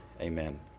Amen